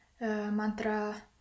mantra